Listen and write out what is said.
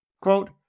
Quote